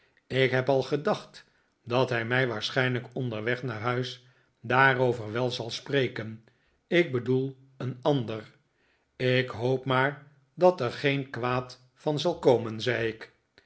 ik heb al gedacht dat hij mij waarschijnlijk onderweg naar huis daarover wel zal spreken ik bedoel een ander ik hoop maar dat er geen kwaad van zal komen zei ik